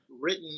written